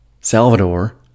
Salvador